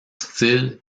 style